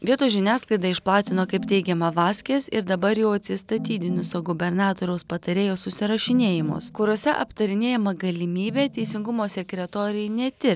vietos žiniasklaida išplatino kaip teigiama vaskes ir dabar jau atsistatydinusio gubernatoriaus patarėjo susirašinėjimus kuriuose aptarinėjama galimybė teisingumo sekretorei netir